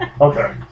okay